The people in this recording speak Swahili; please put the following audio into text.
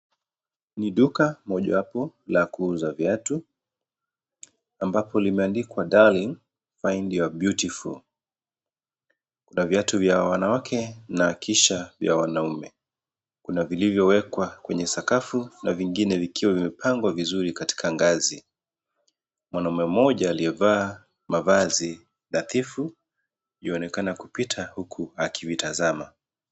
Ni duka mojawapo la kuuza viatu ambapo limeandikwa Darling find your beautiful . Kuna viatu vya wanawake na kisha vya wanaume. Kuna vilivyowekwa kwenye sakafu na vingine vikiwa vimepangwa vizuri katika ngazi. Mwanaume mmoja aliyevaa mavazi nadhifu, yuwaonekana kupita huku akivitazama.